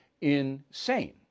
insane